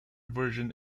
version